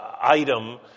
item